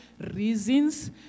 reasons